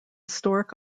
stork